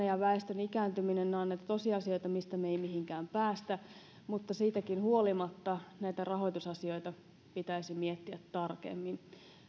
ja väestön ikääntyminen ovat näitä tosiasioita mistä me emme mihinkään pääse mutta siitäkin huolimatta näitä rahoitusasioita pitäisi miettiä tarkemmin